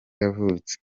yavutse